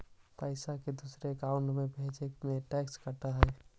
पैसा के दूसरे के अकाउंट में भेजें में का टैक्स कट है?